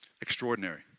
Extraordinary